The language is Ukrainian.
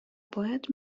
поет